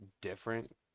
different